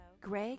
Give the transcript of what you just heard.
greg